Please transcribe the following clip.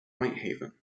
whitehaven